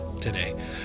today